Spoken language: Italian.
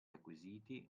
acquisiti